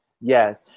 Yes